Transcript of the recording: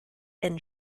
and